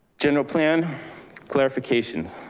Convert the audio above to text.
general plan clarification,